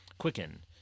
Quicken